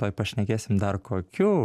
tuoj pašnekėsim dar kokių